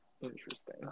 Interesting